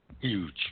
Huge